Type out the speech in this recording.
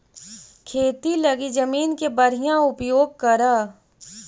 खेती लगी जमीन के बढ़ियां उपयोग करऽ